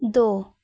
ਦੋ